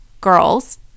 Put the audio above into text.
girls